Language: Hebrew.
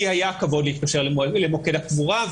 לי היה הכבוד להתקשר למוקד הקבורה,